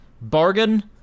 Bargain